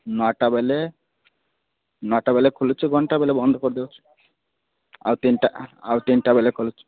ନଅଟା ବେଲେ ନଅଟା ବେଲେ ଖୋଲୁଛି ଘଣ୍ଟେ ବେଲେ ବନ୍ଦ କରି ଦେଉଛି ଆଉ ତିନିଟା ଆଉ ତିନିଟା ବେଲେ ଖୋଲୁଛି